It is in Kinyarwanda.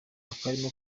akarima